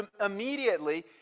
immediately